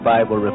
Bible